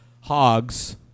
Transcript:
Hogs